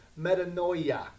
Metanoia